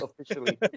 officially